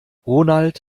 ronald